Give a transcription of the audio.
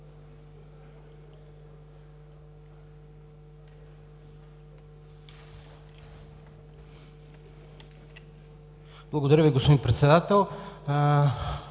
Благодаря, господин Председател.